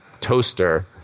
toaster